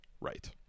Right